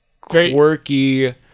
quirky